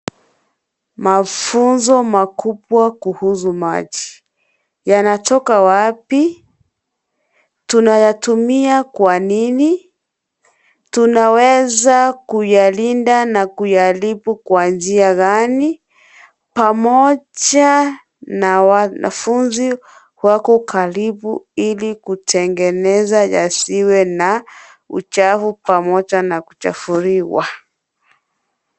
Mafunzo makubwa kuhusu maji. Yanatoka wapi, tunayatumia kwa nini, tunaweza kuyalinda na kuyaharibu kwa njia gani, pamoja na wanafunzi wako karibu ili kutengeneza yasiwe na uchafu pamoja na kuchafuliwa.